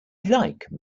like